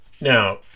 Now